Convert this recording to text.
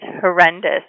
horrendous